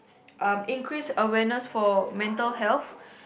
um increase awareness for mental health